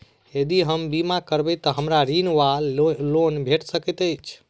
यदि हम बीमा करबै तऽ हमरा ऋण वा लोन भेट सकैत अछि?